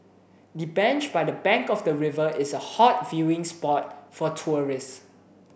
the bench by the bank of the river is a hot viewing spot for tourists